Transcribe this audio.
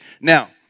Now